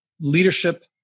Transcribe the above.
leadership